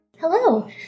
Hello